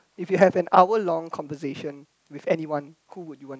if you have an hour long conversation with anyone who would you want